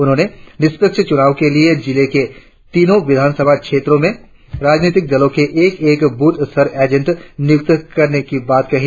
उन्होंने निष्पक्ष चुनाव के लिए जिले के तीनो विधान सभा क्षेत्रों में राजनीतिक दलों के एक एक बुथ स्तर एजेंट नियुक्त करने की बात कही